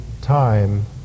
time